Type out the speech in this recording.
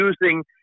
using